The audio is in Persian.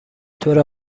طور